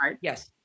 Yes